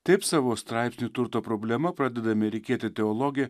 taip savo straipsnį turto problema pradeda amerikietė teologė